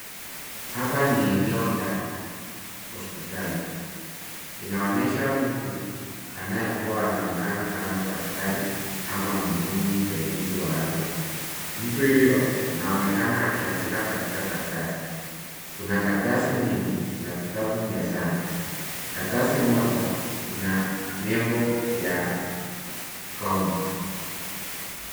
Hapa ni eneo la hospitali. Inaonyesha mtu anayekuwa anaonekana kama daktari ama mhudumu msaidizi wa afya. Mtu huyo, anaonekana akiandika katika karatasi. Kuna karatasi nyingi na vitabu mezani. Karatasi moja ina nembo ya county .